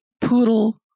poodle